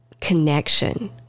Connection